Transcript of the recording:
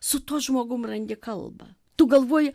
su tuo žmogum randi kalbą tu galvoji